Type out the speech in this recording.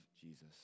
Jesus